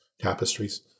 tapestries